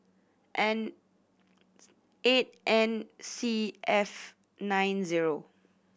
N eight N C F nine zero